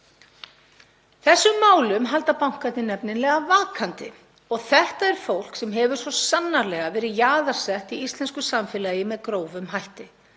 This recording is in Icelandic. Þessum málum halda bankarnir nefnilega vakandi og þetta er fólk sem hefur svo sannarlega verið jaðarsett í íslensku samfélagi með grófum hætti.